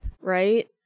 right